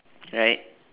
right